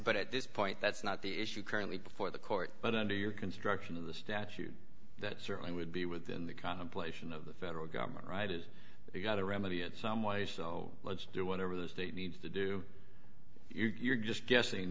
but at this point that's not the issue currently before the court but under your construction of the statute that certainly would be within the contemplation of the federal government right is you've got to remedy it some way so let's do whatever the state needs to do you're just guessing